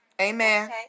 Amen